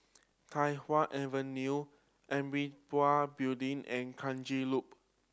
Tai Hwan Avenue Amitabha Building and Kranji Loop